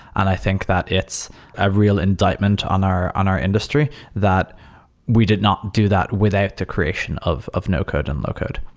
and i think that it's a real indictment on our on our industry that we did not do that without the creation of of no code and low code.